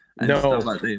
No